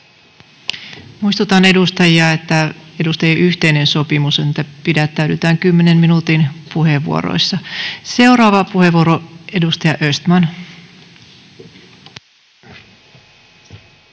Muistutan edustajia, että edustajien yhteinen sopimus on, että pitäydytään 10 minuutin puheenvuoroissa. Arvoisa rouva